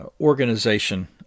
organization